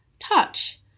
touch